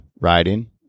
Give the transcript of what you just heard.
riding